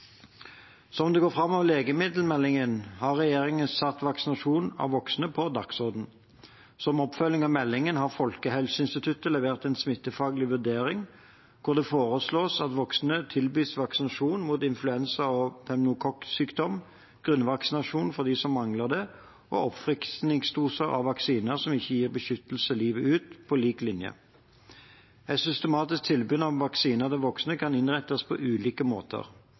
Som det går fram av legemiddelmeldingen, har regjeringen satt vaksinasjon av voksne på dagsordenen. Som oppfølging av meldingen har Folkehelseinstituttet levert en smittevernfaglig vurdering, der det foreslås at voksne tilbys vaksinasjon mot influensa- og pneumokokksykdom, grunnvaksinasjon for dem som mangler det, og oppfriskningsdoser av vaksiner som ikke gir beskyttelse livet ut, på lik linje. Et systematisk tilbud om vaksiner til voksne kan innrettes på ulike måter